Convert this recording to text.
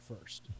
first